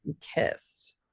kissed